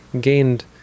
gained